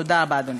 תודה רבה, אדוני.